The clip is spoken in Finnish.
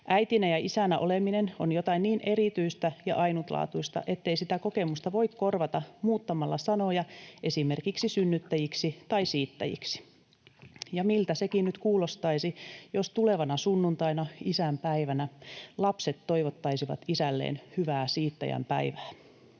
Äitinä ja isänä oleminen on jotain niin erityistä ja ainutlaatuista, ettei sitä kokemusta voi korvata muuttamalla sanoja esimerkiksi synnyttäjiksi tai siittäjiksi. Ja miltä sekin nyt kuulostaisi, jos tulevana sunnuntaina, isänpäivänä, lapset toivottaisivat isälleen hyvää siittäjän päivää?